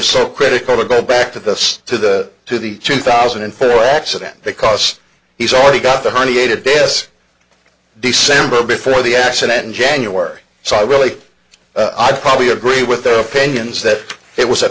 is so critical to go back to the stu the two the two thousand and four accident because he's already got the herniated disk december before the accident in january so i really i probably agree with their opinions that it was a